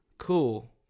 cool